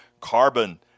carbon